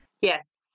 Yes